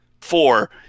four